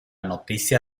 noticia